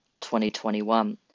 2021